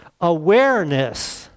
Awareness